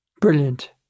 Brilliant